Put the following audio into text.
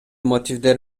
мотивдер